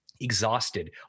exhausted